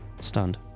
Stunned